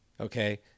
Okay